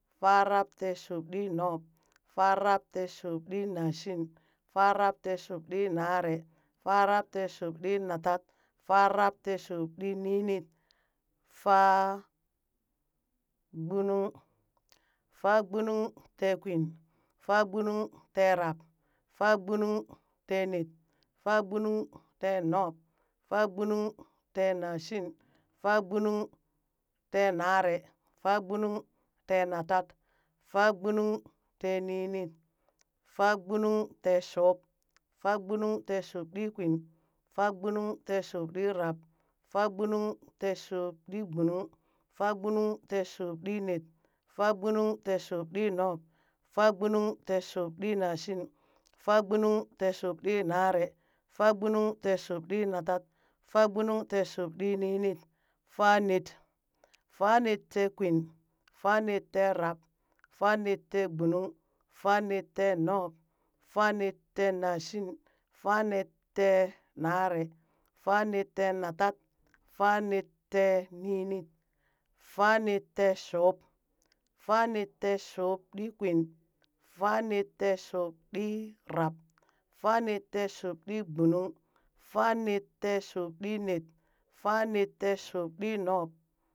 Faarabteeshubɗinub, farabteeshubɗinashin, faarabteeshubɗinaree, faarabteeshubɗinatat, faarabteeshubɗininit, faagbunung, faagbunungteekwin, faagbunungteerab, faagbunungteenet, faagbunungteenub, faagbunungteenashin, faagbunungteenare, faagbunungteenatat, faagbunungteeninit, faagbunungteeshub, faagbunungteeshubɗikwin, faagbunungteeshubɗiirab, faagbunungteeshubɗigbunung, faagbunungteeshubɗinet, faagbunungteeshubɗinub, faagbunungteeshubɗinashin, faagbunungteeshubɗinaree, faagbunungteeshubɗiinatat, faagbunungteeshubɗininit, faanet, faanetteekwin, faanetteerab, faanetteegbunung, faanetteenub, faanetteenashin, faanetteenare, faanetteenatat, faanetteeninit, faanetteeshub, faanetteeshubɗikwin, faanetteeshubɗirab, faanetteeshubɗigbunung, faanetteeshubɗinet, faanetteeshubɗinub.